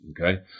okay